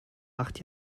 acht